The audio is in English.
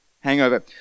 Hangover